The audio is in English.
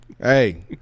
hey